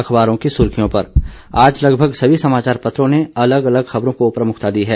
अखबारों की सुर्खियों पर आज लगभग सभी समाचार पत्रों ने अलग अलग खबरों को प्रमुखता दी है